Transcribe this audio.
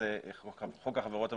לחוק החברות הממשלתיות,